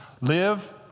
Live